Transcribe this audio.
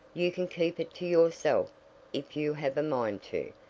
you can keep it to yourself if you have a mind to,